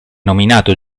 nominato